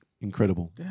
incredible